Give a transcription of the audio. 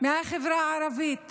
מהחברה הערבית